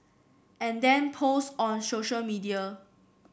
and then post on social media